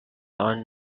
aunt